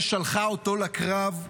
ששלחה אותו לקרב,